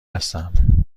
هستم